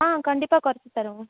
ஆ கண்டிப்பாக குறைச்சி தருவோம்